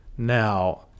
Now